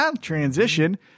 Transition